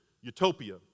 utopia